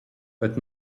but